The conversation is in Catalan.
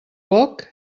poc